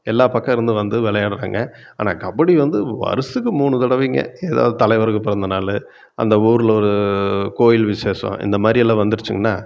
எல்லா பக்கம் இருந்தும் வந்து விளையாடுறாங்க ஆனால் கபடி வந்து வருஷத்துக்கு மூணு தடவைங்க ஏதாவது தலைவருக்கு பிறந்தநாள் அந்த ஊரில் ஒரு கோயில் விசேஷம் இந்த மாதிரி எல்லாம் வந்துருச்சுங்கன்னா